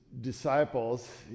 disciples